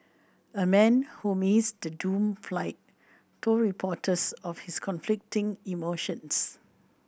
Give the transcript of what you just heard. a man who missed the doomed flight told reporters of his conflicting emotions